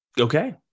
Okay